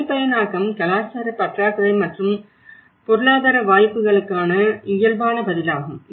தனிப்பயனாக்கம் கலாச்சார பற்றாக்குறை மற்றும் பொருளாதார வாய்ப்புகளுக்கான இயல்பான பதிலாகும்